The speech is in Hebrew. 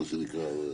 מה שנקרא.